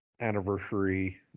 anniversary